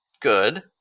Good